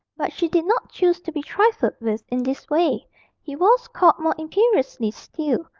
but she did not choose to be trifled with in this way he was called more imperiously still,